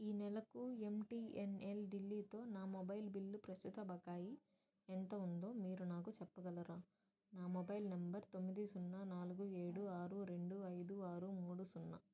ఈ నెలకు ఎంటీఎన్ఎల్ ఢిల్లీతో నా మొబైల్ బిల్లు ప్రస్తుత బకాయి ఎంత ఉందో మీరు నాకు చెప్పగలరా నా మొబైల్ నెంబర్ తొమ్మిది సున్నా నాలుగు ఏడు ఆరు రెండు ఐదు ఆరు మూడు సున్నా